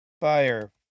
fire